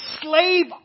slave